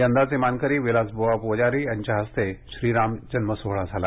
यंदाचे मानकरी विलास बुवा पुजारी यांच्या हस्ते श्रीराम जन्म सोहळा झाला